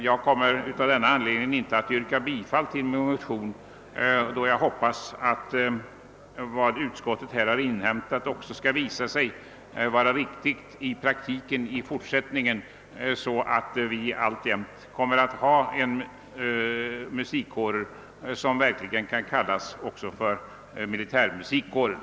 Jag kommer av denna anledning inte att yrka bifall till motionen då jag hoppas att vad utskottet här inhämtat också skall visa sig vara riktigt i praktiken, så att vi i fortsättningen alltjämt kommer att ha musikkårer som verkligen också kan kallas militärmusikkårer.